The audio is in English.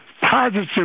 positive